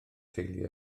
teulu